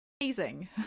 Amazing